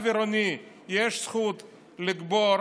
לרב עירוני יש זכות לקבור,